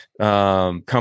Come